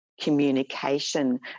communication